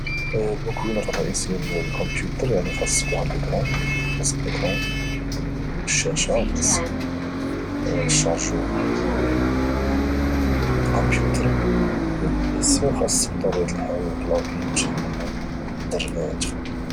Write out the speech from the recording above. المكونات الرئيسية للكمبيوتر خاصك الشاشة وخاصك الشارجور ديال الكمبيوتر ديال البيسي وخاصك بطبيعة الحال الكلافيي باش انك تقدر تخدم